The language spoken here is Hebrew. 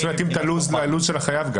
להתאים את לוח הזמנים ללוח הזמנים של החייב.